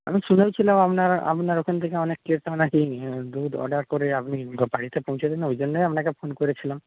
আমি শুনেওছিলাম আপনার আপনার ওখান থেকে অনেক নাকি দুধ ওর্ডার করে আপনি বাড়িতে পৌঁছে দেন ঐ জন্যেই আপনাকে ফোন করেছিলাম